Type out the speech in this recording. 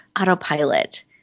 autopilot